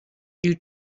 you